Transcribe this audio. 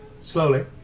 slowly